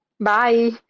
bye